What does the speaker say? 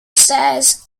stairs